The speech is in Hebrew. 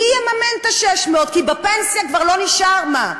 מי יממן את ה-600, כי בפנסיה כבר לא נשאר מה.